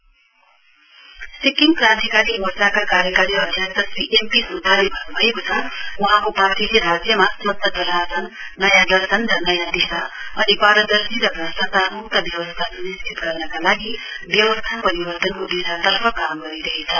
SKM Sikkim Krantikari मोर्चाका कार्यकारी अध्यक्ष श्री एम पी सुब्बाले भन्न्भएको छ वहाँको पार्टीले राज्यमा स्वच्छ प्रशासन नयाँ दर्शन र नयाँ दिशा अनि पारदर्शी र भ्रष्टचार म्क्त व्यवस्था स्निश्चित गर्नका लागि व्यवस्था परिवर्तनको दिर्शातर्फ काम गरिरहेछ